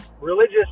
religious